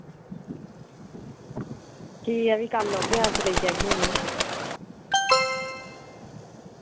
ठीक ऐ फ्ही कल औगे अस लेई जाह्गे आह्नियै